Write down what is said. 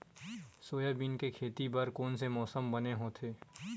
Soybean के खेती बर कोन से मौसम बने होथे?